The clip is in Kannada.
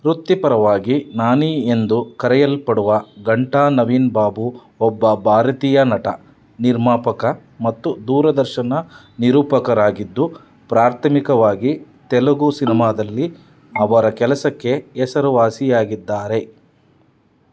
ವೃತ್ತಿಪರವಾಗಿ ನಾನಿ ಎಂದು ಕರೆಯಲ್ಪಡುವ ಘಂಟಾ ನವೀನ್ ಬಾಬು ಒಬ್ಬ ಭಾರತೀಯ ನಟ ನಿರ್ಮಾಪಕ ಮತ್ತು ದೂರದರ್ಶನ ನಿರೂಪಕರಾಗಿದ್ದು ಪ್ರಾಥಮಿಕವಾಗಿ ತೆಲುಗು ಸಿನಿಮಾದಲ್ಲಿ ಅವರ ಕೆಲಸಕ್ಕೆ ಹೆಸರು ವಾಸಿಯಾಗಿದ್ದಾರೆ